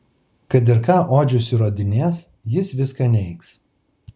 kad ir ką odžius įrodinės jis viską neigs